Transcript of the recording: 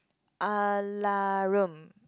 a la Rome